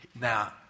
Now